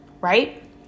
right